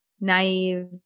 naive